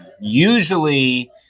Usually